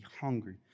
hungry